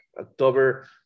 October